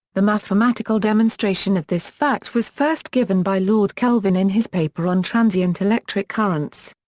the mathematical demonstration of this fact was first given by lord kelvin in his paper on transient electric currents.